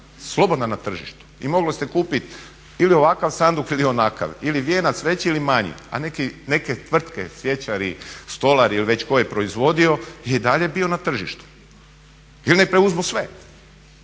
slobodna na tržištu i mogli ste kupiti ili ovakav sanduk ili onakav, ili vijenac veći ili manji, a neke tvrtke, cvjećari, stolari ili već tko je proizvodio je i dalje bio na tržištu, ili nek preuzmu sve.